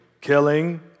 killing